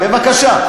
בבקשה.